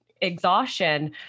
exhaustion